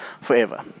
forever